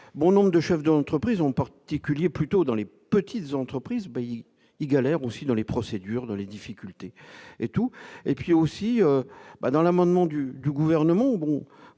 bon nombre de chefs d'entreprise en particulier plutôt dans les petites entreprises Bailly il galère aussi dans les procédures dans les difficultés et tout et puis aussi bas dans l'amendement du du gouvernement